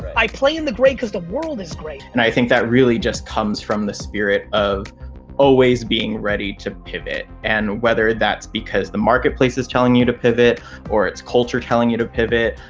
i play in the great cause the world is great. and i think that really just comes from the spirit of always being ready to pivot. and whether that's because the marketplace is telling you to pivot or it's culture telling you to pivot,